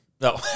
No